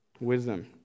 Wisdom